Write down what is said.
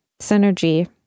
Synergy